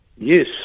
Yes